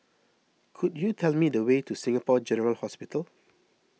could you tell me the way to Singapore General Hospital